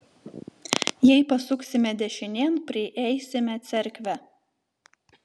jei pasuksime dešinėn prieisime cerkvę